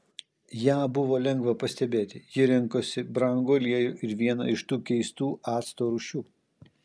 ją buvo lengva pastebėti ji rinkosi brangų aliejų ir vieną iš tų keistų acto rūšių